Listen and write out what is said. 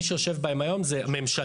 כל מי שיושב בהן היום זה ממשלה.